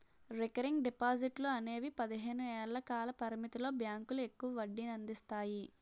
recurring డిపాజిట్లు అనేవి పదిహేను ఏళ్ల కాల పరిమితితో బ్యాంకులు ఎక్కువ వడ్డీనందిస్తాయి